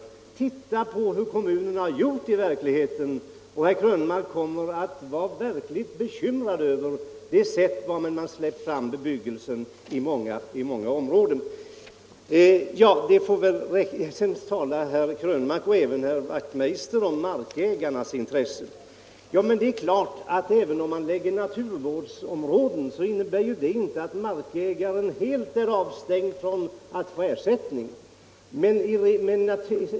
Men titta på hur kommunerna har gjort i verkligheten, och herr Krönmark kommer att vara bekymrad över det sätt på vilket man släppt fram bebyggelsen i många områden! Sedan talar herr Krönmark och även herr Wachtmeister i Johannishus om markägarnas intressen. Även om man fastställer naturvårdsområden så innebär det inte att markägaren helt är avstängd från möjligheten att få ersättning.